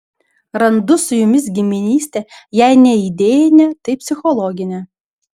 randu su jumis giminystę jei ne idėjinę tai psichologinę